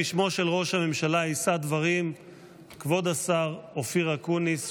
בשמו של ראש הממשלה יישא דברים כבוד השר אופיר אקוניס,